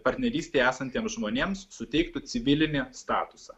partnerystėje esantiems žmonėms suteiktų civilinį statusą